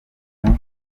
bintu